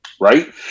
right